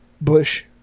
Bush